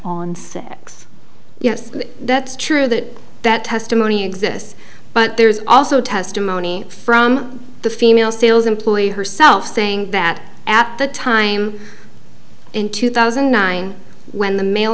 on six yes that's true that that testimony exists but there's also testimony from the female sales employee herself saying that at the time in two thousand and nine when the male